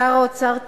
שר האוצר טועה.